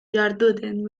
diharduten